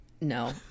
no